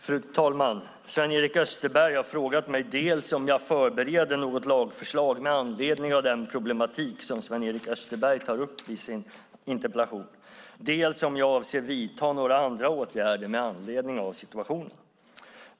Fru talman! Sven-Erik Österberg har frågat mig dels om jag förbereder något lagförslag med anledning av den problematik som Sven-Erik Österberg tar upp i sin interpellation, dels om jag avser att vidta några andra åtgärder med anledning av situationen.